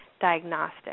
diagnostic